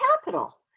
capital